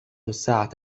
الساعة